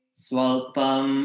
swalpam